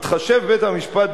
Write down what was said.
יתחשב בית-המשפט,